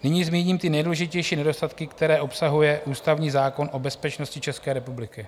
Nyní zmíním ty nejdůležitější nedostatky, které obsahuje ústavní zákon o bezpečnosti České republiky.